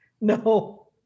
No